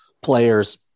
player's